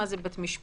מה זה בית משפט,